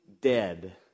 dead